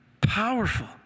Powerful